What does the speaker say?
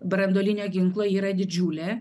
branduolinio ginklo yra didžiulė